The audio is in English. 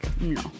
No